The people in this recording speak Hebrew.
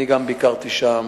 אני גם ביקרתי שם,